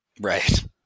Right